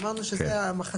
אמרנו שזה המחצית,